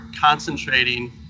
concentrating